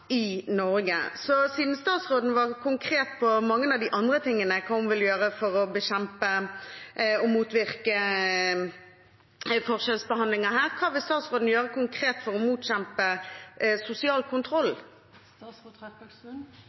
i Norge. Så siden statsråden på mange av de andre tingene var konkret om hva hun vil gjøre for å bekjempe og motvirke forskjellsbehandling: Hva vil statsråden gjøre konkret for å kjempe mot sosial kontroll?